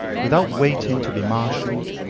without waiting to be marshaled,